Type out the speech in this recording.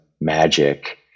magic